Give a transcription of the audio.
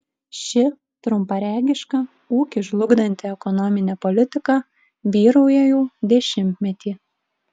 ši trumparegiška ūkį žlugdanti ekonominė politika vyrauja jau dešimtmetį